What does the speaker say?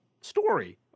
story